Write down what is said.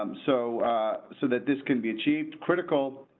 um so so that this can be achieved critical.